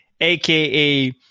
aka